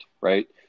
right